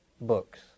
books